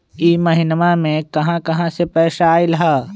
इह महिनमा मे कहा कहा से पैसा आईल ह?